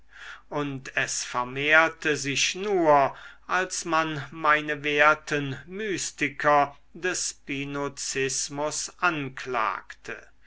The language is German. und es vermehrte sich nur als man meine werten mystiker des spinozismus anklagte